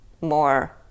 more